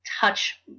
touch